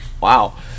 Wow